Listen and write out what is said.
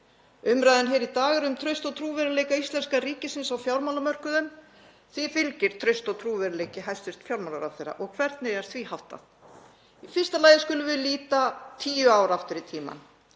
Umræðan hér í dag er um traust og trúverðugleika íslenska ríkisins á fjármálamörkuðum. Því fylgir traust og trúverðugleiki hæstv. fjármálaráðherra — og hvernig er því háttað? Í fyrsta lagi skulum við líta tíu ár aftur í tímann.